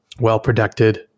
well-protected